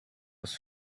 was